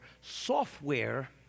software